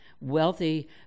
wealthy